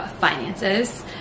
finances